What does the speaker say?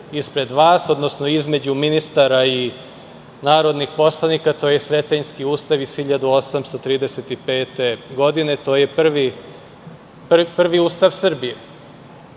ispred vas, odnosno između ministara i narodnih poslanika. To je Sretenjski ustav iz 1835. godine. To je prvi Ustav Srbije.